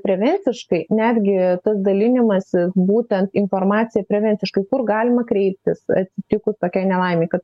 prevenciškai netgi tas dalinimasis būtent informacija prevenciškai kur galima kreiptis atsitikus tokiai nelaimei kad